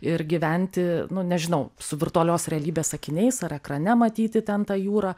ir gyventi nu nežinau su virtualios realybės akiniais ar ekrane matyti ten tą jūrą